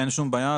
אין שום בעיה,